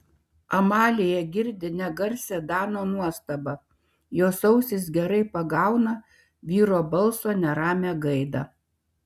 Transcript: amalija girdi negarsią dano nuostabą jos ausis gerai pagauna vyro balso neramią gaidą